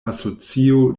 asocio